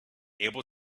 able